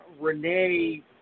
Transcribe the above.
Renee